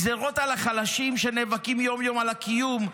גזרות על החלשים שנאבקים יום-יום על הקיום,